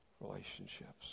relationships